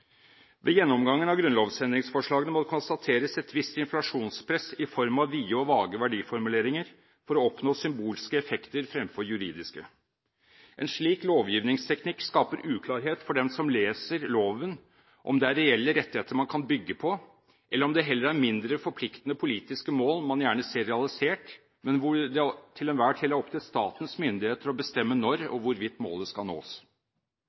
Ved gjennomgangen av grunnlovsendringsforslagene må det konstateres et visst inflasjonspress i form av vide og vage verdiformuleringer for å oppnå symbolske effekter fremfor juridiske. En slik lovgivningsteknikk skaper uklarhet for den som leser loven, med hensyn til om det er reelle rettigheter man kan bygge på, eller om det heller er mindre forpliktende politiske mål man gjerne ser realisert, men hvor det til enhver tid er opp til statens myndigheter å bestemme når og hvorvidt målet skal nås.